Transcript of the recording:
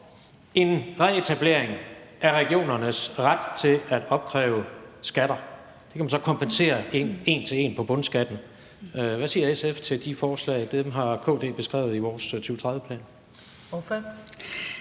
en reetablering af regionernes ret til at opkræve skatter – det kan man så kompensere en til en på bundskatten? Hvad siger SF til de forslag? Dem har KD beskrevet i vores 2030-plan.